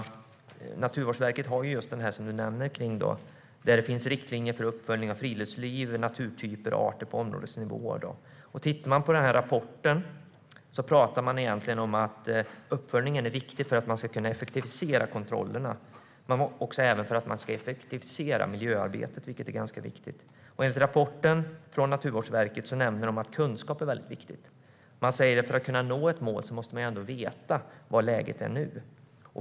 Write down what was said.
Naturvårdsverket har, som ministern nämner, riktlinjer för uppföljning av friluftsliv, naturtyper och arter på områdets nivåer. I rapporten talas det om att uppföljningen är viktig för att man ska kunna effektivisera kontrollerna och även för att man ska effektivisera miljöarbetet, vilket är ganska viktigt. Enligt rapporten från Naturvårdsverket är kunskap viktigt. För att kunna nå ett mål måste man veta vad läget är nu.